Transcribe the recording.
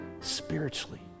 spiritually